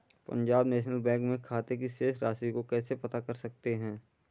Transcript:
Punjab National Bank में खाते की शेष राशि को कैसे पता कर सकते हैं?